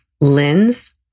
lens